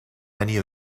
many